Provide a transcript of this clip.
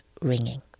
ringing